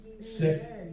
sick